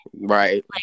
right